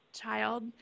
child